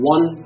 One